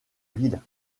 ville